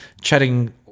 chatting